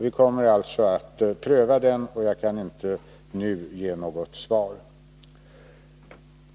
Vi kommer att pröva denna ansökan, och jag kan inte nu ge något svar.